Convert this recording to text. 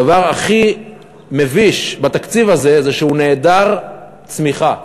הדבר הכי מביש בתקציב הזה, זה שהוא נעדר צמיחה.